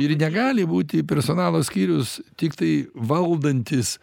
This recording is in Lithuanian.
ir negali būti personalo skyrius tiktai valdantis